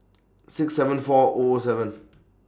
six seven four O O seven